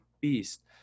beast